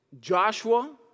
Joshua